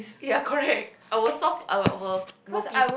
ya correct I'll solve I'll I'll world peace